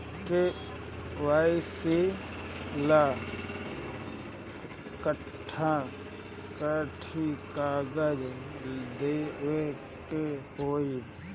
KYC ला कट्ठा कथी कागज देवे के होई?